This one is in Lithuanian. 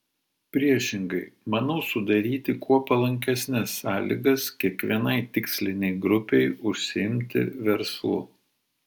priešingai manau sudaryti kuo palankesnes sąlygas kiekvienai tikslinei grupei užsiimti verslu